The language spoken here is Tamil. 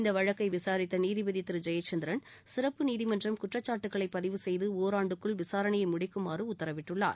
இந்தவழக்கைவிசாரித்தநீதிபதிதிருஜெயச்சந்திரன் சிறப்பு நீதிமன்றம் குற்றச்சாட்டுகளைபதிவு செய்துஒராண்டுக்குள் விசாரணையைமுடிக்குமாறுஉத்தரவிட்டுள்ளார்